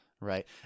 Right